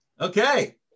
Okay